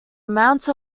amount